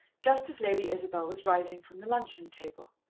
just as lady isabel was rising from the luncheon-table.